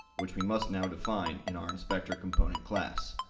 which we must now define in our inspector component class.